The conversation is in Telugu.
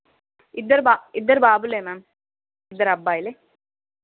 ఇద్దరు బా ఇద్దరు బాబులే మ్యామ్ ఇద్దరు అబ్బాయిలే